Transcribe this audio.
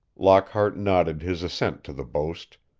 lockhart nodded his assent to the boast,